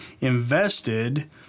invested